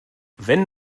wenn